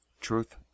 Truth